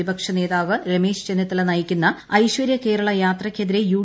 പ്രതിപക്ഷ നേതാവ് രമേശ് ചെന്നിത്തല നയിക്കുന്ന ഐശ്വരൃകേരള യാത്രക്കെതിരെ യു